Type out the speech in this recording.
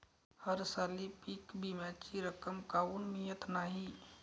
हरसाली पीक विम्याची रक्कम काऊन मियत नाई?